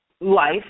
life